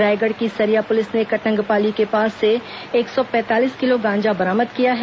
रायगढ़ की सरिया पुलिस ने कटंगपाली के पास से एक सौ पैंतालीस किलो गांजा बरामद किया है